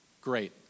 great